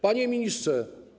Panie Ministrze!